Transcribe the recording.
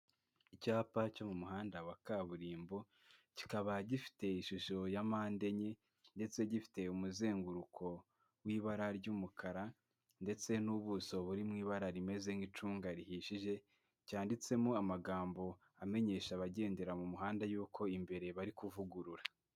Icyapa cyo mu muhanda wa kaburimbo kikaba gifite ishusho ya mpande enye ndetse gifite umuzenguruko w'ibara ry'umukara ndetse n'ubuso buri mu ibara rimeze nk'icunga rihishije cyanditsemo amagambo amenyesha abagendera mu muhanda yuko imbere bari kuvugurura.